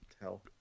tell